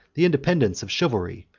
the independence of chivalry,